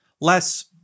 less